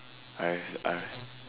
alright alright